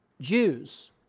Jews